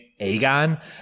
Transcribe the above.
Aegon